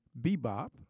bebop